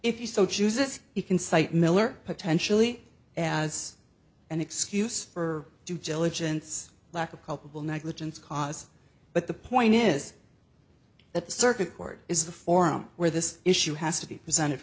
if you so choose it he can cite miller potentially as an excuse or do gillett jance lack of culpable negligence cause but the point is that the circuit court is the forum where this issue has to be presented